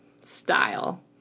style